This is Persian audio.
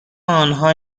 آنها